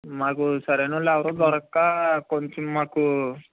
మాకు సరైన వాళ్ళు ఎవరు దొరకక కొంచెం మాకు